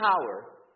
power